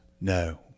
No